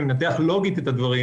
אני מנתח לוגית את הדברים